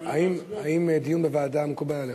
האם דיון בוועדה מקובל עליך?